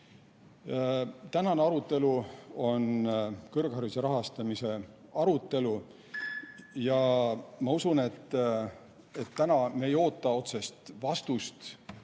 arutelu on kõrghariduse rahastamise arutelu ja ma usun, et täna me ei oota otsest vastust,